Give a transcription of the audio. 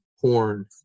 porn